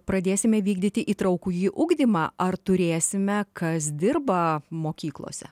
pradėsime vykdyti įtraukųjį į ugdymą ar turėsime kas dirba mokyklose